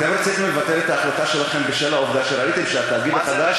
רציתם לבטל את ההחלטה שלכם בשל העובדה שראיתם שהתאגיד החדש,